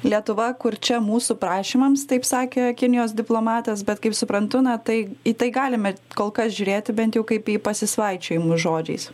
lietuva kurčia mūsų prašymams taip sakė kinijos diplomatas bet kaip suprantu na tai į tai galime kol kas žiūrėti bent jau kaip į pasisvaičiojimus žodžiais